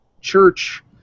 church